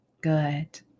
Good